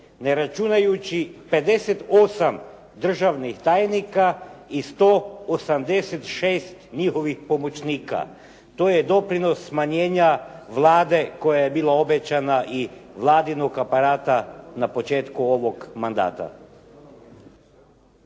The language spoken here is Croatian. ne računajući 58 državnih tajnika i 186 njihovih pomoćnika. To je doprinos smanjenja Vlade koja je bila obećana i vladinog aparata na početku ovog mandata.